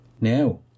Now